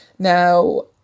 Now